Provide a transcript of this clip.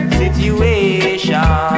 situation